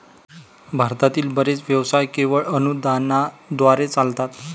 भारतातील बरेच व्यवसाय केवळ अनुदानाद्वारे चालतात